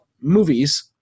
movies